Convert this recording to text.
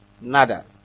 Nada